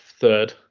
third